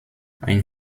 ein